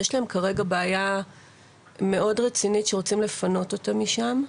יש להם כרגע בעיה מאוד רצינית שרוצים לפנות אותם משם.